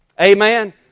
Amen